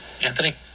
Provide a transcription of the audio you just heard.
Anthony